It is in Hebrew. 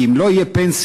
כי אם לא תהיה פנסיה,